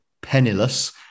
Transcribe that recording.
penniless